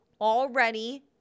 already